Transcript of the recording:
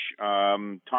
Tom